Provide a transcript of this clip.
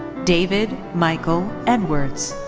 david michael edwards.